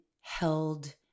held